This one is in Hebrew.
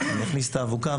אני אכניס את האבוקה,